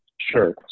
Sure